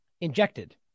injected